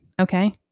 okay